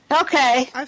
Okay